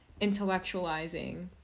intellectualizing